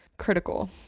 critical